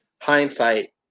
Hindsight